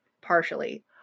partially